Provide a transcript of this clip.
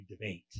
debate